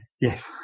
Yes